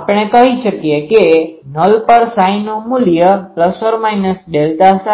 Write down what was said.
આપણે કહી શકીએ કે નલ પર નુ મુલ્ય ±ΔΨ